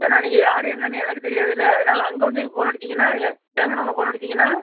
ஏன்னா நீங்கள் யார் என்னன்னு எனக்கு தெரியாதுல்ல அதனால் அங்கே வந்து நீங்கள் ஃபோன் அடித்திங்கன்னா இறங்குனோனே ஃபோன் அடித்திங்கன்னா